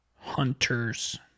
Hunters